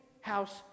house